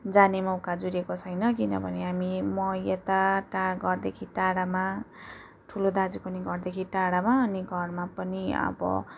जाने मौका जुरेको छैन किनभने हामी म यता टार घरदेखि टाढामा ठुलो दाजु पनि घरदेखि टाढामा अनि घरमा पनि अब